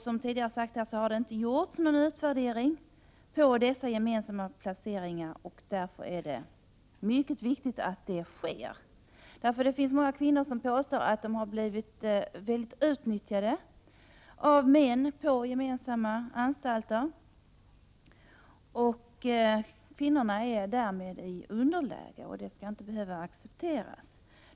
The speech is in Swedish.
Som tidigare har sagts har ingen utvärdering gjorts av dessa gemensamma placeringar. Därför är det mycket viktigt att så sker. Det finns många kvinnor som påstår att de har blivit utnyttjade av män på gemensamma anstalter. Kvinnorna är därmed i underläge. Det skall inte behöva accepteras.